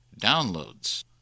Downloads